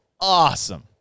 awesome